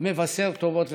מבשר טובות לכולנו.